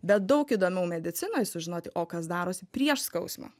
bet daug įdomiau medicinoj sužinoti o kas darosi prieš skausmą